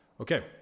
Okay